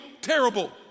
terrible